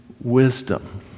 wisdom